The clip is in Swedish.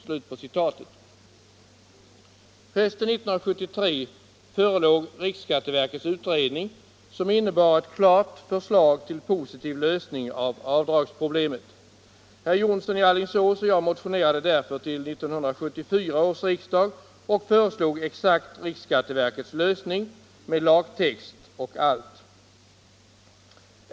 Hösten 1973 förelåg riksskatteverkets utredning, som innebar ett klart förslag till positiv lösning av avdragsproblemet. Herr Jonsson i Alingsås och jag motionerade därför till 1974 års riksdag och föreslog exakt riksskatteverkets lösning med lagtext och allt.